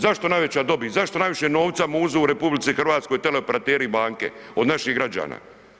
Zašto najveća dobit, zašto najviše novca muzu u RH teleoperateri i banke od naših građana?